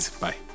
Bye